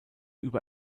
über